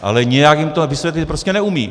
Ale nějak jim to vysvětlit prostě neumí.